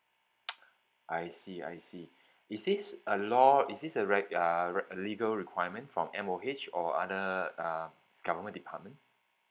I see I see is it a lot is it a reg~ uh reg~ legal requirement from M_O_H or other um government department